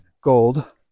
gold